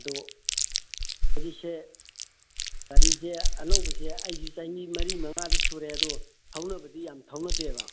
ꯑꯗꯣ ꯍꯧꯖꯤꯛꯁꯦ ꯒꯥꯔꯤꯁꯦ ꯑꯅꯧꯕꯁꯦ ꯑꯩꯁꯨ ꯆꯍꯤ ꯃꯔꯤ ꯃꯉꯥꯗꯤ ꯁꯨꯔꯦ ꯑꯗꯣ ꯊꯧꯅꯕꯗꯤ ꯌꯥꯝ ꯊꯧꯅꯗꯦꯕ